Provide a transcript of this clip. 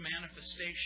manifestation